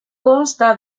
consta